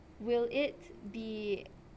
will it be